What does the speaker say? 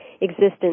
existence